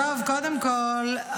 קודם כול,